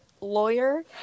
lawyer-